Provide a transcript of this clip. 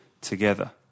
together